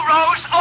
Rose